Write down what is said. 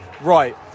Right